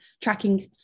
tracking